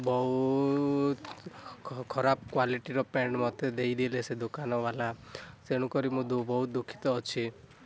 ବହୁତ ଖରାପ କ୍ୱାଲିଟିର ପ୍ୟାଣ୍ଟ ମୋତେ ଦେଇଦେଲେ ସେ ଦୋକାନ ବାଲା ତେଣୁ କରି ମୁଁ ବହୁତ ଦୁଃଖିତ ଅଛି